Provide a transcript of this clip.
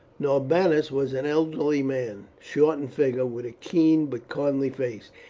norbanus was an elderly man, short in figure, with a keen but kindly face.